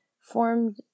formed